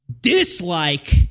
Dislike